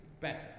better